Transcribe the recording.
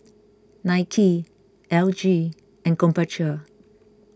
Nike L G and Krombacher